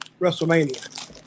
WrestleMania